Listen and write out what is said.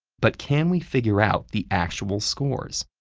but can we figure out the actual scores?